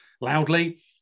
loudly